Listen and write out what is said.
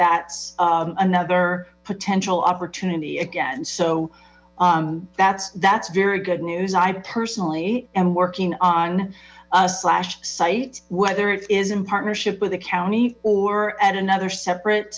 that's another potential opportunity again so that's that's very good news i personally am working on a slash site whether it is in partnership with the county or at another separate